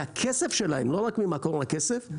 ולא רק ממקור הכסף שלהן,